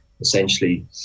essentially